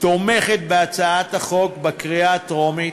תומכת בהצעת החוק בקריאה הטרומית,